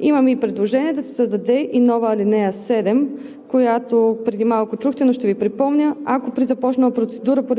Имаме и предложение да се създаде и нова ал. 7, която преди малко чухте, но ще Ви припомня: ако при започнала процедура по